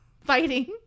fighting